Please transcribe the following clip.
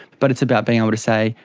but it's about being able to say,